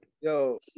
Yo